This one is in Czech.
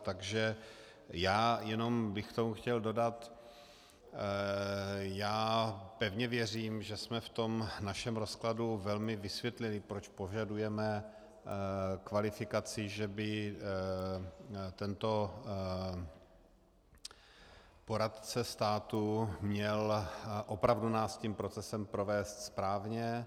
Takže já jenom bych k tomu chtěl dodat, pevně věřím, že jsme v našem rozkladu velmi vysvětlili, proč požadujeme kvalifikaci, že by tento poradce státu měl opravdu nás tím procesem provést správně.